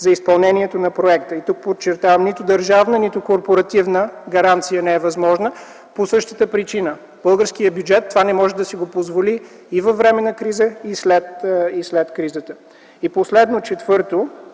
за изпълнението на проекта. Тук подчертавам: нито държавна, нито корпоративна гаранция не е възможна по същата причина: българският бюджет не може да си позволи това и по време на криза, и след нея. Последно, четвърто,